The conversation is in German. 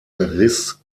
riss